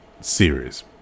series